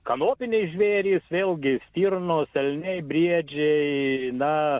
kanopiniai žvėrys vėlgi stirnos elniai briedžiai na